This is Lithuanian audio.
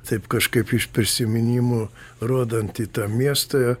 taip kažkaip iš prisiminimų rodantį tą miestą